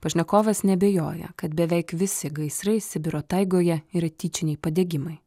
pašnekovas neabejoja kad beveik visi gaisrai sibiro taigoje yra tyčiniai padegimai